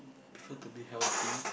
prefer to be healthy